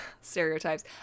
stereotypes